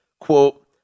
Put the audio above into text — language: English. quote